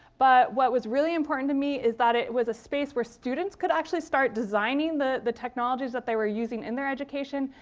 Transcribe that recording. but what was really important to me was that it was a space where students can actually start designing the the technologies that they were using in their education,